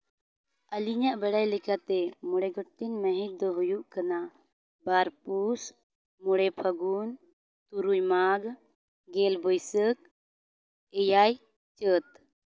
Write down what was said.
ᱟᱹᱞᱤᱧᱟᱜ ᱵᱟᱲᱟᱭ ᱞᱮᱠᱟᱛᱮ ᱢᱚᱬᱮ ᱜᱚᱴᱮᱱ ᱢᱟᱹᱦᱤᱛ ᱫᱚ ᱦᱩᱭᱩᱜ ᱠᱟᱱᱟ ᱵᱟᱨ ᱯᱩᱥ ᱢᱚᱬᱮ ᱯᱷᱟᱹᱜᱩᱱ ᱛᱩᱨᱩᱭ ᱢᱟᱜᱽ ᱜᱮᱞ ᱵᱟᱹᱭᱥᱟᱹᱠᱷ ᱮᱭᱟᱭ ᱪᱟᱹᱛ